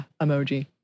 emoji